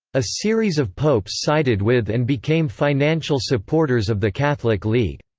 a series of popes sided with and became financial supporters of the catholic league.